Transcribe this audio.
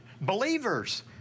Believers